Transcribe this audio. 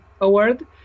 award